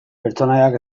pertsonaiak